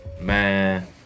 man